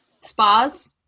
spas